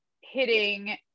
hitting